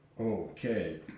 Okay